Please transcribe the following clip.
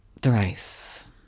Thrice